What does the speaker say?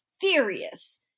Furious